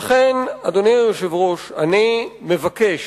לכן, אדוני היושב-ראש, אני מבקש